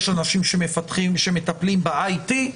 יש אנשים שמטפלים ב-IP.